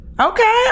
Okay